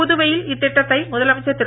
புதுவையில் இத்திட்டத்தை முதலமைச்சர் திரு